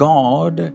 God